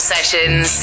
Sessions